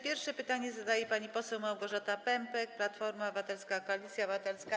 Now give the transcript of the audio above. Pierwsze pytanie zadaje pani poseł Małgorzata Pępek, Platforma Obywatelska - Koalicja Obywatelska.